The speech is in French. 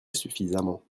suffisamment